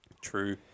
True